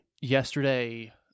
yesterday